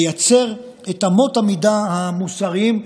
לייצר את אמות המידה המוסריות,